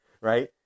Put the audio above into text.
right